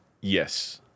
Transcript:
Yes